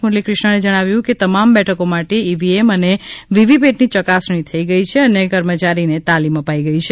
મુરલીક્રિષ્નાએ જણાવાયું હતું કે તમામ બેઠકો માટે ઈવીએમ અને વીવીપેટની ચકાસણી થઈ ગઈ છે અને કર્મચારીને તાલિમ અપાઈ ગઈ છે